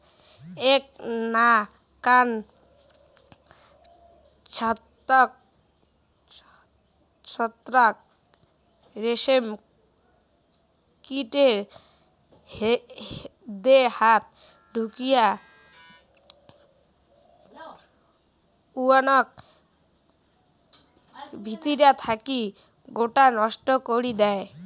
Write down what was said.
এ্যাক নাকান ছত্রাক রেশম কীটের দেহাত ঢুকিয়া উয়াক ভিতিরা থাকি গোটায় নষ্ট করি দ্যায়